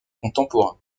contemporain